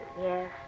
Yes